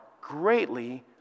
greatly